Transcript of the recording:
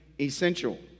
essential